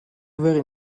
very